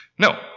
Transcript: No